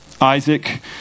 Isaac